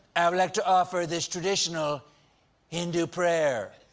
i'd like to offer this traditional hindu prayer.